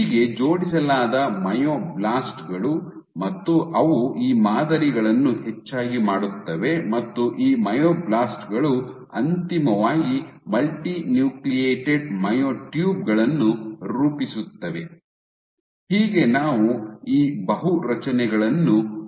ಹೀಗೆ ಜೋಡಿಸಲಾದ ಮೈಯೋಬ್ಲಾಸ್ಟ್ ಗಳು ಮತ್ತು ಅವು ಈ ಮಾದರಿಗಳನ್ನು ಹೆಚ್ಚಾಗಿ ಮಾಡುತ್ತವೆ ಮತ್ತು ಈ ಮೈಯೋಬ್ಲಾಸ್ಟ್ ಗಳು ಅಂತಿಮವಾಗಿ ಮಲ್ಟಿನ್ಯೂಕ್ಲಿಯೇಟೆಡ್ ಮಯೋಟ್ಯೂಬ್ ಗಳನ್ನು ರೂಪಿಸುತ್ತವೆ ಹೀಗೆ ನಾವು ಈ ಬಹು ರಚನೆಗಳನ್ನು ರೂಪಿಸಬಹುದು